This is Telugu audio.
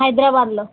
హైదరాబాద్లో